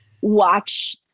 watch